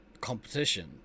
competition